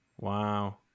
Wow